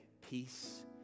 peace